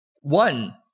one